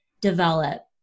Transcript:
develop